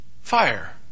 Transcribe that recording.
Fire